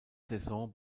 saison